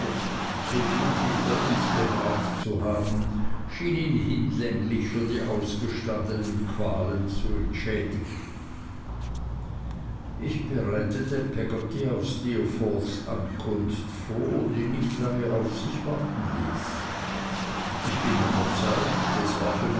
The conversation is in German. so glücklich vor uns bewahrt zu haben schien ihn hinlänglich für die ausgestandnen qualen zu entschädigen ich bereitete peggotty auf steerforths ankunft vor die nicht lange auf sich warten ließ ich bin überzeugt es war für